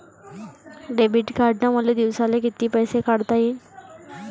Debit कार्डनं मले दिवसाले कितीक पैसे काढता येईन?